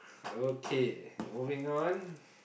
okay moving on